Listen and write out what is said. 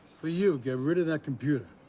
for you, get rid of that computer.